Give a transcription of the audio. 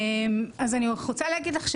אז אני רוצה להגיד לך,